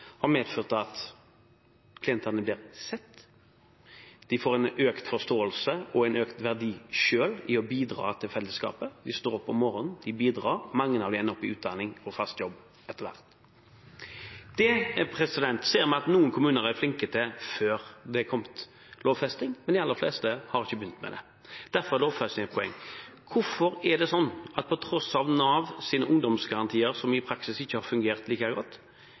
har det medført at klientene blir sett, de får en økt forståelse og en økt verdi selv ved å bidra til fellesskapet. De står opp om morgenen, de bidrar, og mange av dem er nå i utdanning og fast jobb etter hvert. Det ser vi at noen kommuner er flinke til før det er kommet lovfesting, men de aller fleste har ikke begynt med det. Derfor er lovfesting et poeng. Hvorfor er det da sånn at på tross av Navs ungdomsgarantier som i praksis ikke har fungert like godt,